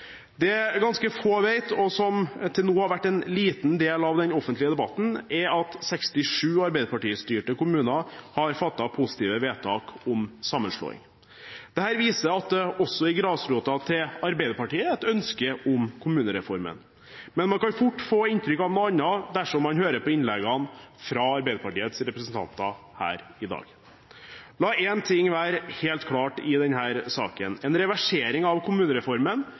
Det ganske få vet, og som til nå har vært en liten del av den offentlige debatten, er at 67 Arbeiderparti-styrte kommuner har fattet positive vedtak om sammenslåing. Det viser at det også i grasrota til Arbeiderpartiet er et ønske om kommunereformen. Men man kan fort få inntrykk av noe annet dersom man hører på innleggene fra Arbeiderpartiets representanter her i dag. La én ting være helt klart i denne saken: En reversering av kommunereformen